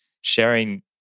sharing